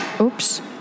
oops